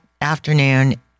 afternoon